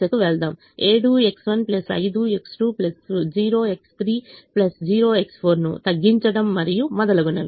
7X1 5X2 0X3 0X4 ను తగ్గించండి మరియు మొదలగునవి